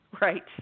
Right